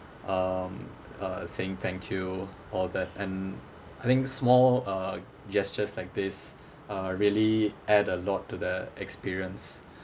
um uh saying thank you all that and I think small uh gestures like this uh really add a lot to the experience